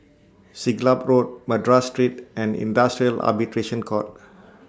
Siglap Road Madras Street and Industrial Arbitration Court